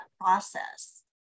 process